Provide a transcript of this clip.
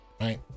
right